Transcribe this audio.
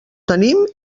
tenim